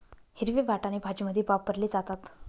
हिरवे वाटाणे भाजीमध्ये वापरले जातात